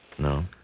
No